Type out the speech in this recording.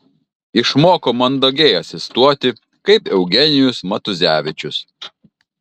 išmoko mandagiai asistuoti kaip eugenijus matuzevičius